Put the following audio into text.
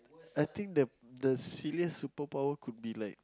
I think the the silliest superpower could be like